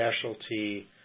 specialty